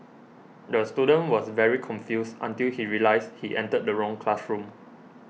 the student was very confused until he realised he entered the wrong classroom